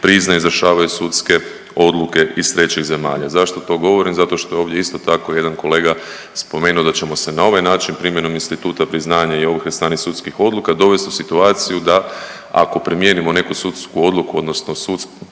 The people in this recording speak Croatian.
priznaju i izvršavaju sudske odluke iz trećih zemalja. Zašto to govorim? Zato što je ovdje isto tako jedan kolega spomenuo da ćemo se na ovaj način primjenom instituta priznanja i ovrhe stranih sudskih odluka dovesti u situaciju da ako primijenimo neku sudsku odluku odnosno sudsku,